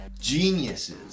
Geniuses